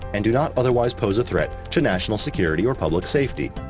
and do not otherwise pose a threat to national security or public safety.